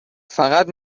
فقط